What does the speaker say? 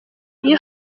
iyo